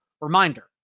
reminder